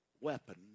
weapon